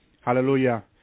Hallelujah